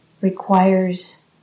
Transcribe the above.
Requires